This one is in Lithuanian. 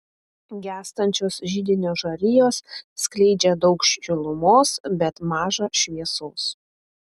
gęstančios židinio žarijos skleidžia daug šilumos bet maža šviesos